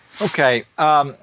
Okay